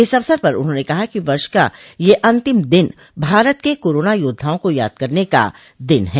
इस अवसर पर उन्होंने कहा कि वर्ष का यह अंतिम दिन भारत के कोरोना योद्वाओं को याद करने का दिन है